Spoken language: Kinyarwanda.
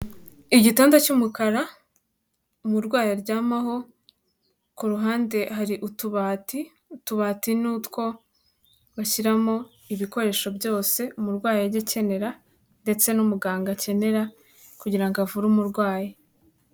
Igitanda cy'umukara umurwayi aryamaho, ku ruhande hari utubati, utubati ni utwo bashyiramo ibikoresho byose umurwayi ajya akenera ndetse n'umuganga akenera kugira ngo avure umurwayi.